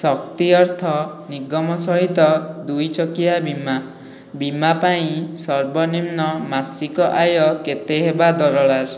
ଶକ୍ତି ଅର୍ଥ ନିଗମ ସହିତ ଦୁଇ ଚକିଆ ବୀମା ବୀମା ପାଇଁ ସର୍ବନିମ୍ନ ମାସିକ ଆୟ କେତେ ହେବା ଦରକାର୍